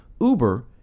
Uber